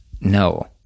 No